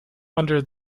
under